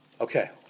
Okay